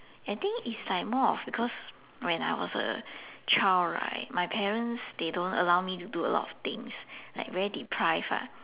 I think is like more of because when I was a child right my they parents they don't allow me to do a lot of things like very deprived lah